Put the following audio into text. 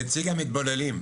נציג המתבוללים.